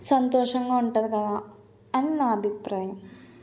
సంతోషంగా ఉంటుంది కదా అని నా అభిప్రాయం